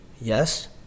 Yes